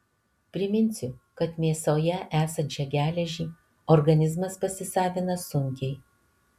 priminsiu kad mėsoje esančią geležį organizmas pasisavina sunkiai